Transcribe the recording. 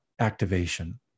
activation